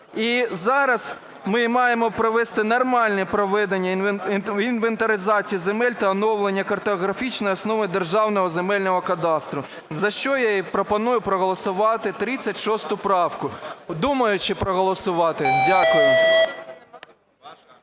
зараз ми маємо провести нормальне проведення інвентаризації земель та оновлення картографічної основи Державного земельного кадастру, за що я і пропоную проголосувати 36 правку, думаючи проголосувати. Дякую.